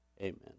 Amen